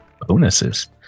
bonuses